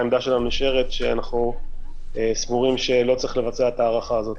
העמדה שלנו נשארת שאנחנו סבורים שלא צריך לבצע את ההארכה הזאת.